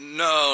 no